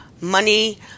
money